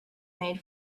made